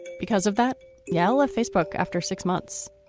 because of that yell of facebook after six months.